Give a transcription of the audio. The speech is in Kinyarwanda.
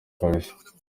kabisa